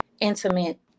intimate